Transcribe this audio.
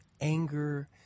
anger